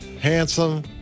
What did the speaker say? handsome